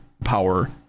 power